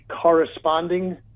corresponding